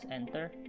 enter